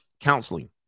counseling